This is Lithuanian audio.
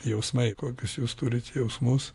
jausmai kokius jūs turit jausmus